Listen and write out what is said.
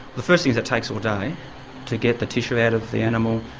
the first thing is it takes all day to get the tissue out of the animal,